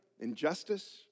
Injustice